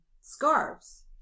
scarves